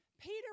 Peter